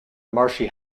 marshy